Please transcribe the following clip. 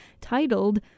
titled